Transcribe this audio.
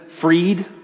freed